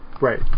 Right